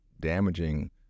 damaging